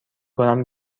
کنم